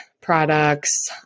products